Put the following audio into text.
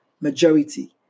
majority